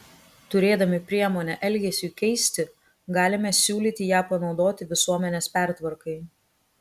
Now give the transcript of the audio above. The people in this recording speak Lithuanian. turėdami priemonę elgesiui keisti galime siūlyti ją panaudoti visuomenės pertvarkai